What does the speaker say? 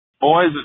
Boys